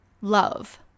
love